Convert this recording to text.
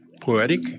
poetic